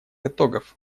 итогов